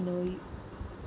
you know